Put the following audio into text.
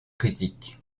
critiques